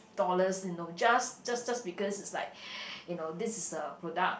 dollars you know just just just because it's like you know this is a product